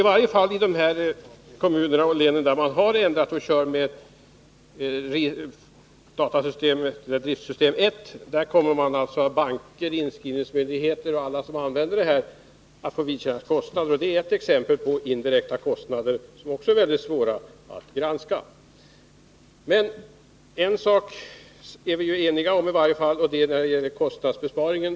I varje fall i de kommuner och län där man har ändrat beteckningarna och kör med Driftsystem 1 kommer banker, inskrivningsmyndigheter och andra som använder systemet att få vidkännas kostnader. Det är ett exempel på indirekta kostnader som är svåra att beräkna. En sak är vi i alla fall eniga om, och det gäller kostnadsbesparingen.